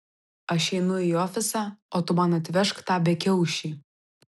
aš einu į ofisą o tu man atvežk tą bekiaušį